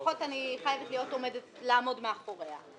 לפחות אני חייבת לעמוד מאחוריה.